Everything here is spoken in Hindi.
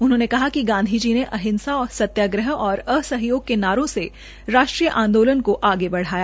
उन्होंने कहा कि गांधी जी ने अहिंसा सत्याग्रह और असहयोग के नारों से राष्ट्रीय आंदोलन को आगे बढ़ाया